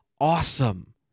awesome